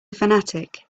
fanatic